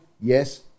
Yes